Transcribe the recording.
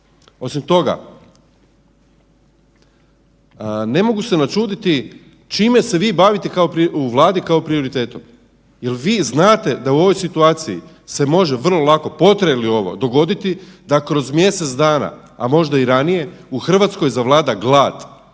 Osim toga, ne mogu se načuditi čime se vi bavite u Vladi kao prioritetu, jel vi znate da u ovoj situaciji se može vrlo lako, potraje li ovo dogoditi da kroz mjesec dana, a možda i ranije u Hrvatskoj zavlada glad.